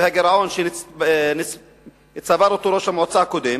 והגירעון שראש המועצה הקודם